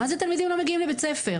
מה זה תלמידים לא מגיעים לבית הספר.